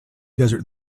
desert